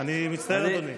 אני מצטער, אדוני.